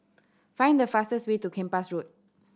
find the fastest way to Kempas Road